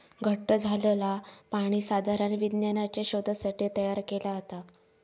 घट्ट झालंला पाणी साधारण विज्ञानाच्या शोधासाठी तयार केला जाता